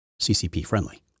CCP-friendly